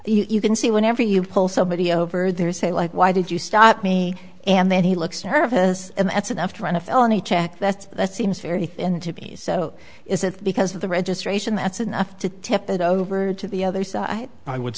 because you can see whenever you pull somebody over there say like why did you stop me and then he looks nervous and that's enough to run a felony check that's that seems very thin to me so is it because of the registration that's enough to tip it over to the other side i would